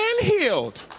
healed